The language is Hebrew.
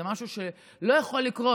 זה משהו שלא יכול לקרות.